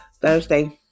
Thursday